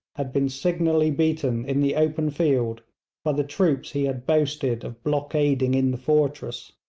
had been signally beaten in the open field by the troops he had boasted of blockading in the fortress.